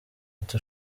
ati